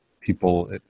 people